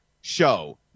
show